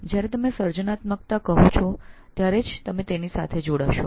જ્યારે આપ સર્જનાત્મકતા કહો છો ત્યારે એની સાથે સાંકળો છો